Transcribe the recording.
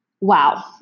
wow